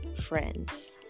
friends